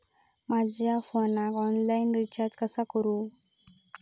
माझ्या फोनाक online recharge कसा करू?